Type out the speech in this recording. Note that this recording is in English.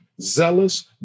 zealous